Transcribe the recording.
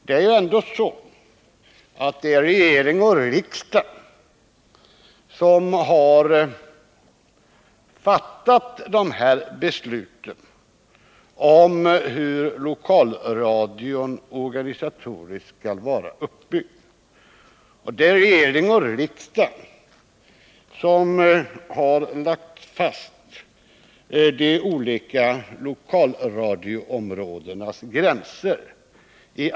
Det är ju ändå regering och riksdag som har fattat besluten om hur lokalradion organisatoriskt skall vara uppbyggd. Och det är regering och riksdag som har lagt fast de olika lokalradioområdenas gränser.